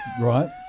Right